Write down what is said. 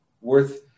worth